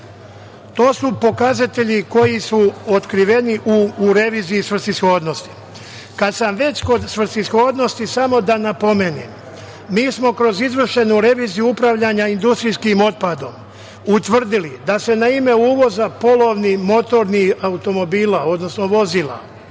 To su pokazatelji koji su otkriveni u reviziji svrsishodnosti. Kad sam već kod svrsishodnosti, samo da napomenem, mi smo kroz izvršenu reviziju upravljanja industrijskim otpadom utvrdili da se na ime uvoza polovnih, motornih automobila, odnosno vozila,